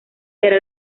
era